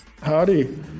Howdy